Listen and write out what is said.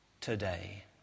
today